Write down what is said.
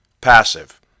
passive